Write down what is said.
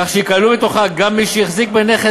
כך שייכללו בתוכו גם מי שהחזיקו בנכס